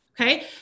Okay